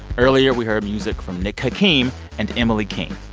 earlier, we heard music from nick hakim and emily king.